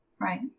Right